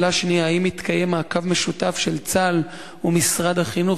3. האם מתקיים מעקב משותף של צה"ל ומשרד החינוך